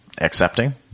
accepting